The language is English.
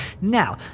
Now